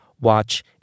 watch